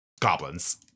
goblins